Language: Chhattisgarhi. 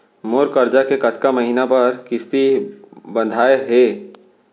मोर करजा के कतका महीना बर किस्ती बंधाये हे?